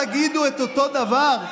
תגידו את אותו דבר.